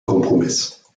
kompromiss